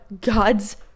god's